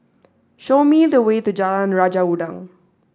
show me the way to Jalan Raja Udang